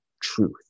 truth